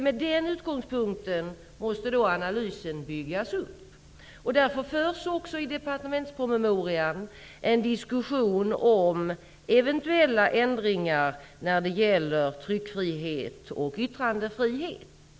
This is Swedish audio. Analysen måste byggas upp från den utgångspunkten. Därför förs också i departementspromemorian en diskussion om eventuella ändringar när det gäller tryckfrihet och yttrandefrihet.